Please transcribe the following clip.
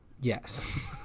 Yes